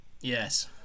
Yes